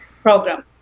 Program